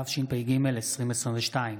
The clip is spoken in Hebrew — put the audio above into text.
התשפ"ג 2022,